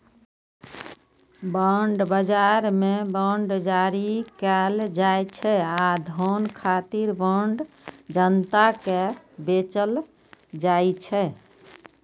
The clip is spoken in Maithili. बांड बाजार मे बांड जारी कैल जाइ छै आ धन खातिर बांड जनता कें बेचल जाइ छै